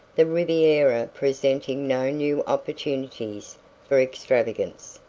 the riviera presenting no new opportunities for extravagance,